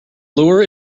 lure